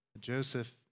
Joseph